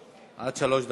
עד שלוש דקות.